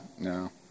no